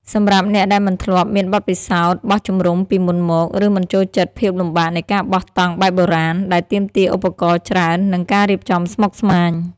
សម្រាប់អ្នកដែលមិនធ្លាប់មានបទពិសោធន៍បោះជំរុំពីមុនមក ឬមិនចូលចិត្តភាពលំបាកនៃការបោះតង់បែបបុរាណ ដែលទាមទារឧបករណ៍ច្រើន និងការរៀបចំស្មុគស្មាញ។